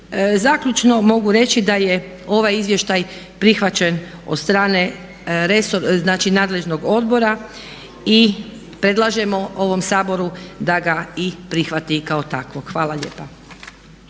Zaključno mogu reći da je ovaj izvještaj prihvaćen od strane, znači nadležnog odbora i predlažemo ovom Saboru da ga i prihvati kao takvog. Hvala lijepa.